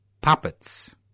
puppets